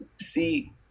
See